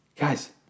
Guys